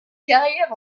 carrière